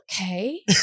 okay